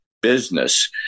business